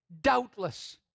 Doubtless